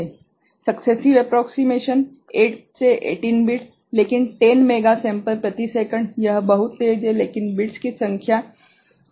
successive approximation 8 से 18 bits लेकिन 10 mega sample प्रति सेकंड यह बहुत तेज है लेकिन बिट्स की संख्या इसमे कम है